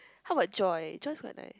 how about Joy Joy's quite nice